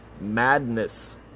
madness